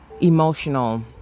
emotional